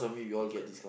go-kart